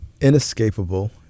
inescapable